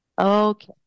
Okay